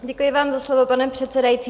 Děkuji vám za slovo, pane předsedající.